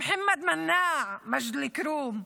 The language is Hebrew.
מוחמד מנאע ממג'ד אל-כרום,